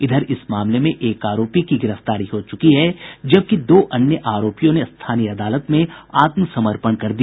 इधर इस मामले में एक आरोपी की गिरफ्तारी हो चुकी है जबकि दो अन्य आरोपियों ने स्थानीय अदालत में आत्मसमर्पण कर दिया